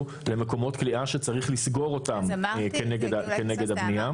למקומות כליאה שצריך לסגור כנגד הבנייה.